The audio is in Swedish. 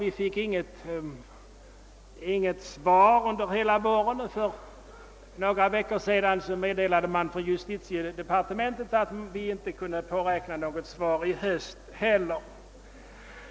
Vi fick inget svar under hela våren, och för några veckor sedan meddelades det från justitiedepartementet att vi inte kunde påräkna något svar i höst heller.